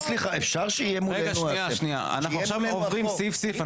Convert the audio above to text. עכשיו אנחנו עוברים סעיף-סעיף,